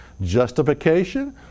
Justification